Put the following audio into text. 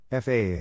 FAA